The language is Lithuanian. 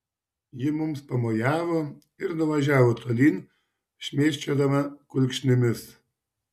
ji mums pamojavo ir nuvažiavo tolyn šmėsčiodama kulkšnimis